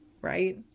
right